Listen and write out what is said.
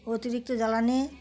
অতিরিক্ত জ্বালানি